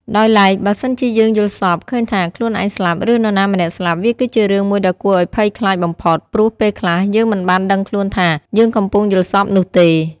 ដោយឡែក បើសិនជាយើងយល់សប្តិ ឃើញថាខ្លួនឯងស្លាប់ ឬនរណាម្នាក់ស្លាប់ វាគឺជារឿងមួយដ៏គួរឲ្យភ័យខ្លាចបំផុត ព្រោះពេលខ្លះយើងមិនបានដឹងខ្លួនថា យើងកំពុងយល់សប្តិនោះទេ។